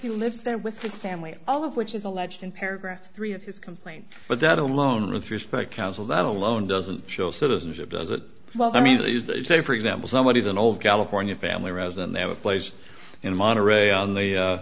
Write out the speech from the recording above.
he lives there with his family all of which is alleged in paragraph three of his complaint but that alone with respect council that alone doesn't show citizenship does it well i mean as they say for example somebody is an old california family resident they have a place in monterey on